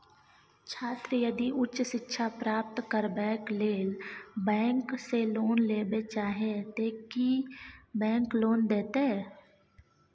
छात्र यदि उच्च शिक्षा प्राप्त करबैक लेल बैंक से लोन लेबे चाहे ते की बैंक लोन देतै?